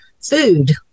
food